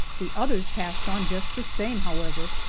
the others passed on just the same, however,